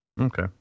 Okay